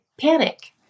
panic